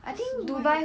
cause dubai